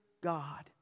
God